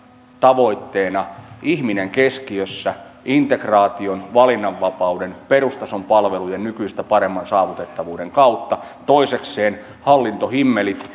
tavoitteena ihminen keskiössä integraation valinnanvapauden perustason palvelujen nykyistä paremman saavutettavuuden kautta toisekseen hallintohimmelit